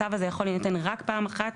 הצו הזה יכול להינתן רק פעם אחת.